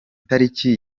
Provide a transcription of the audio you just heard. tariki